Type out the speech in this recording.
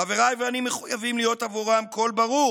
חבריי ואני מחויבים להיות בעבורם קול ברור